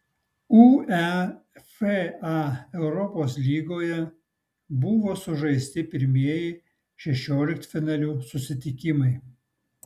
uefa europos lygoje buvo sužaisti pirmieji šešioliktfinalių susitikimai